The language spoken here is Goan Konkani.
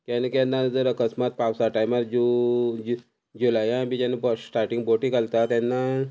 केन्ना केन्ना जर अकस्मात पावसा टायमार जू जुलायान बी जेन्ना स्टार्टींग बोटी घालता तेन्ना